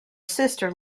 sister